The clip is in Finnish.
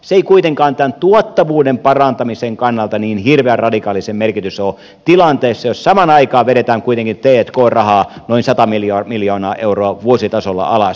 se ei kuitenkaan tämän tuottavuuden parantamisen kannalta niin hirveän radikaali sen merkitys ole tilanteessa jossa samaan aikaan vedetään kuitenkin t k rahaa noin sata miljoonaa euroa vuositasolla alas